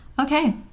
Okay